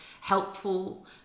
helpful